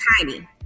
tiny